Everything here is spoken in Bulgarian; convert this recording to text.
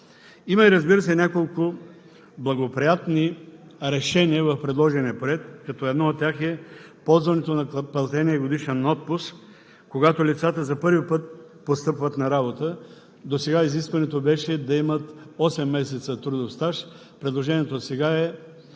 се, има и няколко благоприятни решения в предложения проект, като едно от тях е ползването на платения годишен отпуск, когато лицата за първи път постъпват на работа. Досега изискването беше да имат осем месеца трудов стаж. Предложението сега е